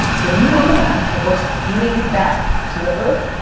when you run the math of what's doing bad to the earth,